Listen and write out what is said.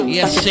Yes